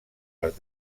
les